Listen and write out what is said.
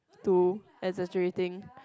to excruciating